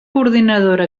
coordinadora